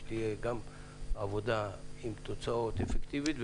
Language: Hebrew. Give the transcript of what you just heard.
שתהיה עבודה עם תוצאות אפקטיביות,